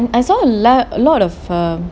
and I saw lah a lot of a